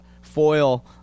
foil